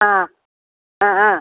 ആ ആ ആ